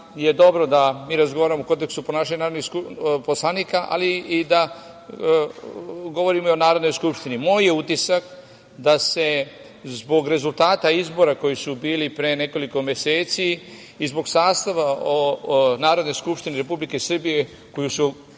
je dobro da mi razgovaramo o kodeksu ponašanja narodnih poslanika, ali i da govorimo i o Narodnoj skupštini. Moj je utisak da se zbog rezultata izbora koji su bili pre nekoliko meseci i zbog sastava Narodne skupštine Republike Srbije